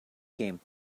came